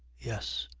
yes.